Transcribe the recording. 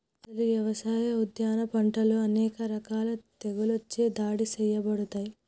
అసలు యవసాయ, ఉద్యాన పంటలు అనేక రకాల తెగుళ్ళచే దాడి సేయబడతాయి